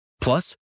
Plus